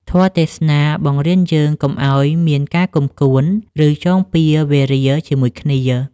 ធម៌ទេសនាបង្រៀនយើងកុំឱ្យមានការគុំកួន ឬចងពៀរវេរាជាមួយគ្នា។